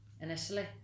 initially